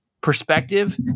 perspective